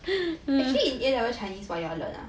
actually in A level chinese what you all learn ah